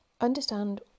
understand